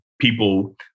people